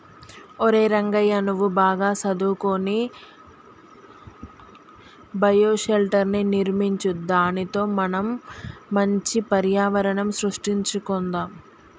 ఒరై రంగయ్య నువ్వు బాగా సదువుకొని బయోషెల్టర్ర్ని నిర్మించు దానితో మనం మంచి పర్యావరణం సృష్టించుకొందాం